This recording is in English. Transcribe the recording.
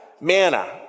manna